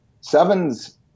sevens